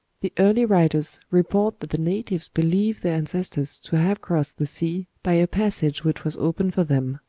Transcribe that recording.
the early writers report that the natives believe their ancestors to have crossed the sea by a passage which was opened for them.